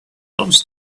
loves